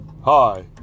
Hi